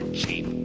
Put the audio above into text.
cheap